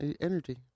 energy